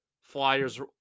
flyers